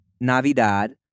Navidad